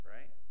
Right